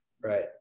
right